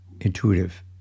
intuitive